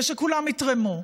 ושכולם יתרמו.